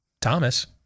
Thomas